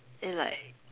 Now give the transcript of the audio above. and like